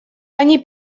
они